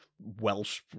welsh